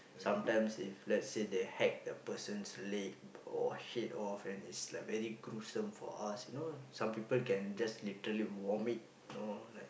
sometimes if let's say they hack the person's leg or head off and it's like very gruesome for us you know some people can literally vomit you know like